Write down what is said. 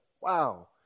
Wow